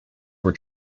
were